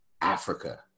Africa